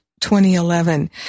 2011